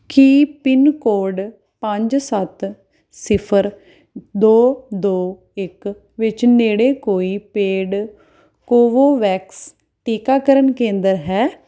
ਕੀ pin code ਪੰਜ ਸੱਤ ਸਿਫਰ ਦੋ ਦੋ ਇੱਕ ਵਿੱਚ ਨੇੜੇ ਕੋਈ ਪੇਡ ਕੋਵੋਵੈਕਸ ਟੀਕਾਕਰਨ ਕੇਂਦਰ ਹੈ